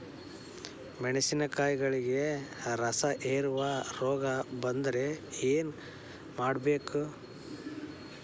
ಮೆಣಸಿನಕಾಯಿಗಳಿಗೆ ರಸಹೇರುವ ರೋಗ ಬಂದರೆ ಏನು ಮಾಡಬೇಕು?